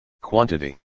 quantity